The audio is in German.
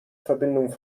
verbindung